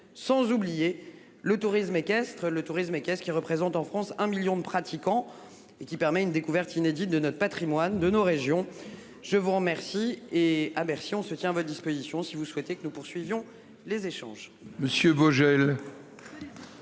Sans oublier le tourisme équestre, le tourisme équestre qui représente en France 1 million de pratiquants et qui permet une découverte inédite de notre Patrimoine de nos régions, je vous remercie et à Bercy, on se tient à votre disposition si vous souhaitez que nous poursuivions les échanges.